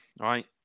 right